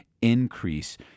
increase